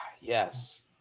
Yes